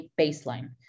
baseline